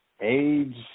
age